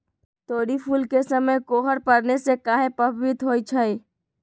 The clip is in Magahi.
तोरी फुल के समय कोहर पड़ने से काहे पभवित होई छई?